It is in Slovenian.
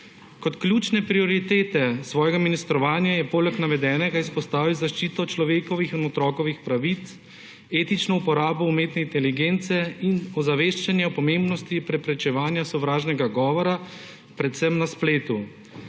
Kot ključne prioritete svojega ministrovanja je poleg navedenega izpostavil zaščito človekovih in otrokovih pravic, etično uporabo umetne inteligence in ozaveščanje o pomembnosti preprečevanja sovražnega govora, predvsem na spletu.